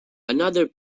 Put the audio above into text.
another